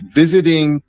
visiting